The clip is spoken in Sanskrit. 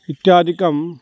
इत्यादिकम्